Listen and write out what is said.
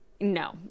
No